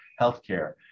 healthcare